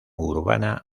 urbana